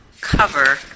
cover